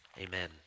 amen